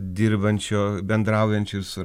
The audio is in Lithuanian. dirbančio bendraujančio su